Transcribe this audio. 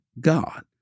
God